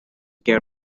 care